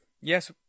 Yes